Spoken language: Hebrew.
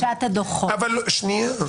שנייה.